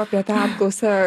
apie tą apklausą